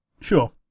Sure